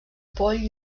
poll